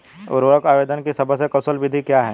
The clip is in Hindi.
उर्वरक आवेदन की सबसे कुशल विधि क्या है?